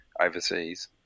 overseas